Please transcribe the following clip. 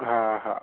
हा हा